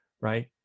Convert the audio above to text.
right